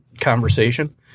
conversation